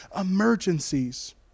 emergencies